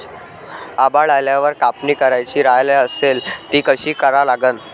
आभाळ आल्यावर कापनी करायची राह्यल्यास ती कशी करा लागन?